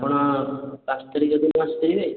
ଆପଣ ପାଞ୍ଚ ତାରିଖ ଦିନ ଆସିପାରିବେ